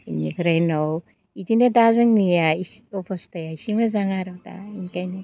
इनिफ्राय उनाव इदिनो दा जोंनिया अबस्थाया एसे मोजां आर' दा इनिफ्रायनो